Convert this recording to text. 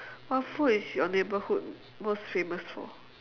what food is your neighborhood most famous for